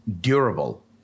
durable